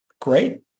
great